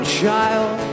child